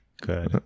Good